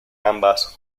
ambas